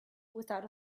without